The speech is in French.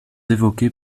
évoqué